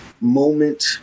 moment